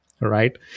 right